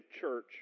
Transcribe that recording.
church